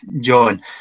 John